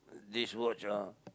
this watch ah